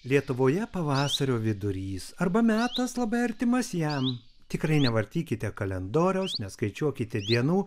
lietuvoje pavasario vidurys arba metas labai artimas jam tikrai nevartykite kalendoriaus neskaičiuokite dienų